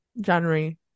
January